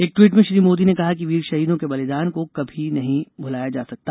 एक ट्वीट में श्री मोदी ने कहा कि वीर शहीदों के बलिदान को कभी नहीं भुलाया जा सकता